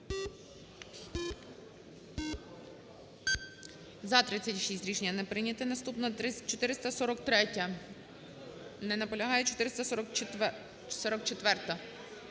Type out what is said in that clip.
За-36 Рішення не прийнято. Наступна: 443-я. Не наполягає. 444-а.